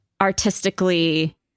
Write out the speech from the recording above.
artistically